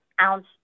ounce